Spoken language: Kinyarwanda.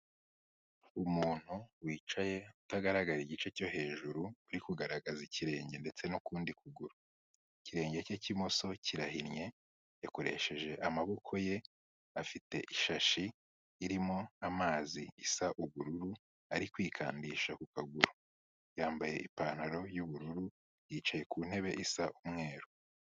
Umuntu wicaye utagaragara igice cyo hejuru uri kugaragaza ikirenge ndetse n'ukundi kuguru. Ikirenge cye cy'imoso kirahinnye yakoresheje amaboko ye afite ishashi irimo amazi isa ubururu ari kwikandisha ku kaguru yambaye ipantaro y'ubururu yicaye ku ntebe isa umweru.